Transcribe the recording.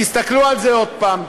תסתכלו על זה עוד הפעם,